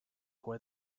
where